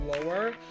lower